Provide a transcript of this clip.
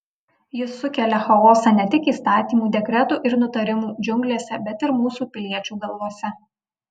jis sukelia chaosą ne tik įstatymų dekretų ir nutarimų džiunglėse bet ir mūsų piliečių galvose